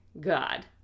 God